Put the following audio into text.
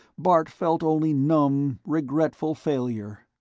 bart felt only numb, regretful failure.